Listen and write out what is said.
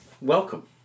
welcome